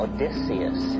Odysseus